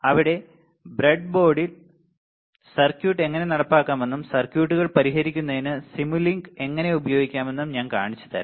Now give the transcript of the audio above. അവിടെ ബ്രെഡ്ബോർഡിൽ സർക്യൂട്ട് എങ്ങനെ നടപ്പാക്കാമെന്നും സർക്യൂട്ടുകൾ പരിഹരിക്കുന്നതിന് സിമുലിങ്ക് എങ്ങനെ ഉപയോഗിക്കാമെന്നും ഞാൻ കാണിച്ചുതരാം